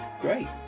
Great